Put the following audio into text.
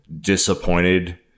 disappointed